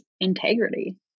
integrity